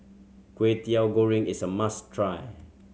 Kwetiau Goreng is a must try